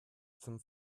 zum